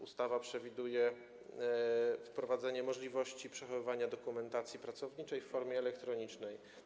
Ustawa przewiduje również wprowadzenie możliwości przechowywania dokumentacji pracowniczej w formie elektronicznej.